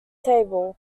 table